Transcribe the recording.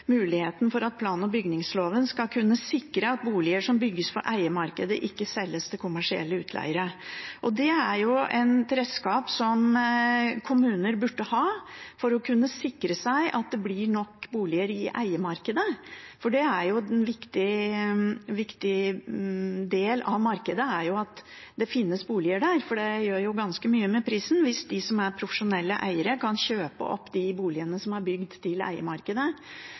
muligheten for at plan- og bygningsloven skal kunne sikre at boliger som bygges for eiemarkedet, ikke selges til kommersielle utleiere. Det er et redskap som kommuner burde ha for å kunne sikre seg at det blir nok boliger i eiemarkedet, for en viktig del av markedet er jo at det finnes boliger der. Det gjør ganske mye med prisen hvis de som er profesjonelle eiere, kan kjøpe opp de boligene som er bygd til